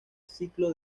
ciclo